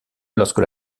lorsque